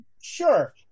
Sure